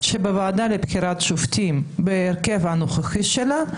שבוועדה לבחירת שופטים בהרכב הנוכחי שלה,